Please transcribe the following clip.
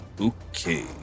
Okay